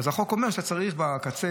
החוק אומר שאתה צריך בקצה,